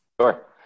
Sure